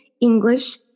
English